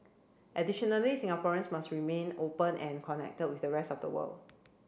additionally Singaporeans must remain open and connected with the rest of the world